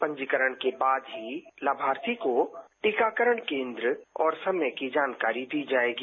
पंजीकरण के बाद ही लाभार्थी को टीकाकरण केन्द्र और समय की जानकारी दी जाएगी